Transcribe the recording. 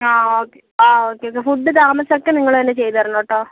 ആ ഓക്കെ ആ okay food താമസം ഒക്കെ നിങ്ങൾ തന്നെ ചെയ്ത് തരണോട്ടോ